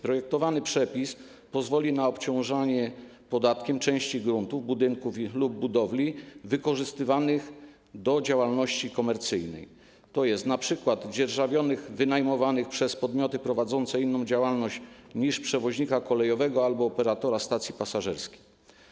Projektowany przepis pozwoli na obciążanie podatkiem części gruntów, budynków lub budowli wykorzystywanych do działalności komercyjnej, tj. np. dzierżawionych, wynajmowanych przez podmioty prowadzące inną działalność niż przewoźnika kolejowego albo operatora stacji pasażerskiej.